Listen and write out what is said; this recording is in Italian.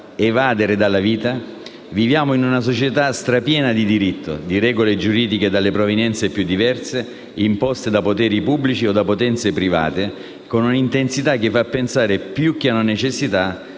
"evadere dalla vita"?». Viviamo «in una società strapiena di diritto, di regole giuridiche dalle provenienze più diverse, imposte da poteri pubblici o da potenze private, con un'intensità che fa pensare, più che ad una necessità,